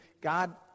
God